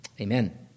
Amen